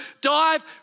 dive